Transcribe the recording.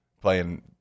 playing